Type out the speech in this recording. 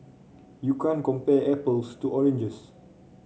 you can't compare apples to oranges